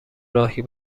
راهی